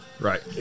right